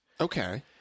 Okay